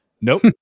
nope